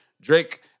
Drake